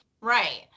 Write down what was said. Right